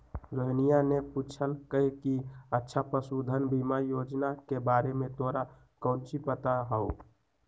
रोहिनीया ने पूछल कई कि अच्छा पशुधन बीमा योजना के बारे में तोरा काउची पता हाउ?